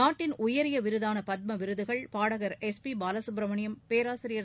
நாட்டின் உயரிய விருதான பத்ம விருதுகள் பாடகர் எஸ் பி பாலசுப்பிரமணியம் பேராசியர்